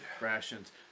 rations